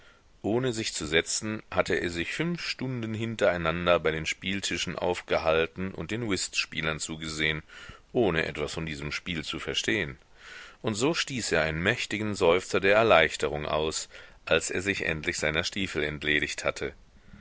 ohne sich zu setzen hatte er sich fünf stunden hintereinander bei den spieltischen aufgehalten und den whistspielern zugesehen ohne etwas von diesem spiel zu verstehen und so stieß er einen mächtigen seufzer der erleichterung aus als er sich endlich seiner stiefel entledigt hatte